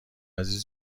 عزیز